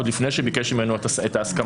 עוד לפני שביקש ממנו את ההסכמה.